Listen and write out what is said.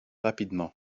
rapidement